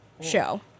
show